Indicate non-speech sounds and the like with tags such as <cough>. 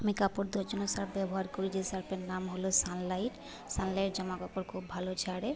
আমি কাপড় ধোয়ার জন্য সার্ফ ব্যবহার করি যে সার্ফের নাম হল সানলাইট সানলাইট জামাকাপড় খুব ভালো ঝারে <unintelligible>